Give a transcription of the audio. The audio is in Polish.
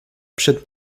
przed